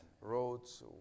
roads